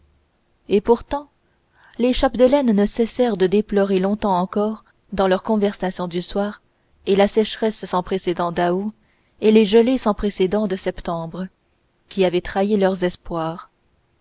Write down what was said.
et pourtant les chapdelaine ne cessèrent de déplorer longtemps encore dans leurs conversations du soir et la sécheresse sans précédent d'août et les gelées sans précédent de septembre qui avaient trahi leurs espoirs